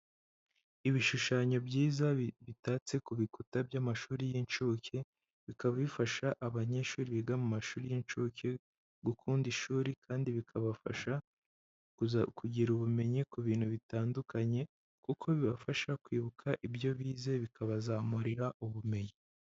Ibishushanyo byiza bitatse ku bikuta by'amashuri y'incuke, bikaba bifasha abanyeshuri biga mu mashuri y'incuke gukunda ishuri kandi bikabafasha kugira ubumenyi ku bintu bitandukanye kuko bibafasha kwibuka ibyo bize, bikabazamurira ubumenyi.